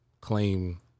claim